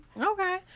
Okay